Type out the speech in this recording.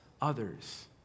others